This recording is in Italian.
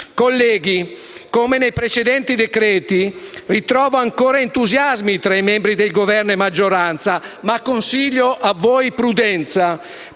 Colleghi, come nei precedenti decreti-legge, ritrovo ancora entusiasmi tra i membri di Governo e maggioranza, ma vi consiglio prudenza.